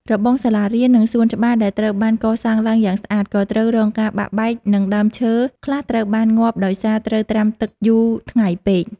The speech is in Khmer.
របងសាលារៀន និងសួនច្បារដែលត្រូវបានកសាងឡើងយ៉ាងស្អាត ក៏ត្រូវរងការបាក់បែក និងដើមឈើខ្លះត្រូវបានងាប់ដោយសារត្រូវត្រាំទឹកយូរថ្ងៃពេក។